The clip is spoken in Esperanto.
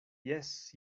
jes